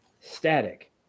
Static